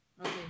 Okay